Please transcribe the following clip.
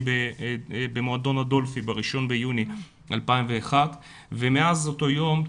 במועדון הדולפינריום ב-1 ביוני 2001 ומאז אותו יום,